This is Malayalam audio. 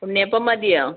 ഉണ്ണിയപ്പോം മതിയോ